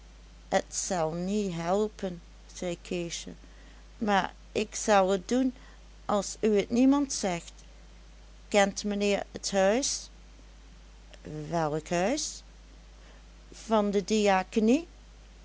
het zel niet helpen zei keesje maar ik zel et doen as u t niemand zegt kent meheer et huis welk huis van de diakenie